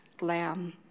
lamb